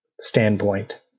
standpoint